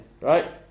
right